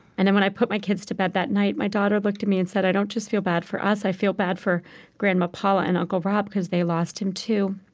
and then when i put my kids to bed that night, my daughter looked at me and said, i don't just feel bad for us i feel bad for grandma paula and uncle rob because they lost him too.